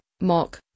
mock